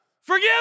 forgive